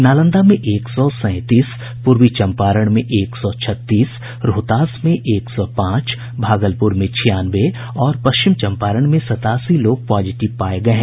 नालंदा में एक सौ सैंतीस पूर्वी चंपारण में एक सौ छत्तीस रोहतास में एक सौ पांच भागलपुर में छियानवे और पश्चिम चंपारण में सतासी लोग पॉजिटिव पाये गये हैं